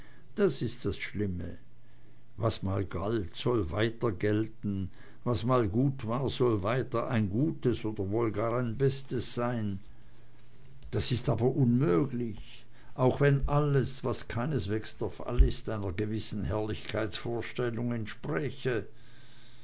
das ist das schlimme was mal galt soll weiter gelten was mal gut war soll weiter ein gutes oder wohl gar ein bestes sein das ist aber unmöglich auch wenn alles was keineswegs der fall ist einer gewissen herrlichkeitsvorstellung entspräche